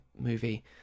movie